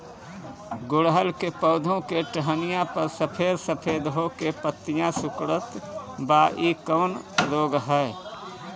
गुड़हल के पधौ के टहनियाँ पर सफेद सफेद हो के पतईया सुकुड़त बा इ कवन रोग ह?